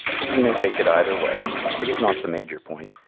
but we may take it either way. it is not the major point.